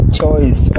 choice